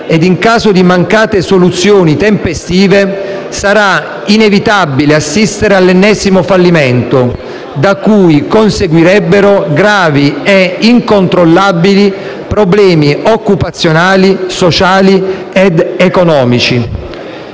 e, in caso di mancate soluzioni tempestive, sarà inevitabile assistere all'ennesimo fallimento, da cui conseguirebbero gravi e incontrollabili problemi occupazionali, sociali ed economici.